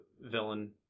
villain